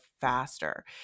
faster